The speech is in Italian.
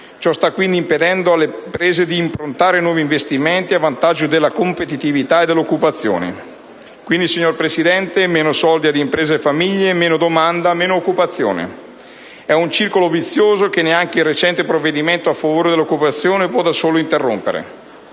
Ciò sta impedendo alle imprese di improntare nuovi investimenti a vantaggio della competitività e dell'occupazione. Quindi, meno soldi ad imprese e famiglie, meno domanda, meno occupazione: è un circolo vizioso che neanche il recente provvedimento a favore dell'occupazione può da solo interrompere.